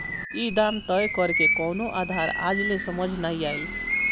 ई दाम तय करेके कवनो आधार आज ले समझ नाइ आइल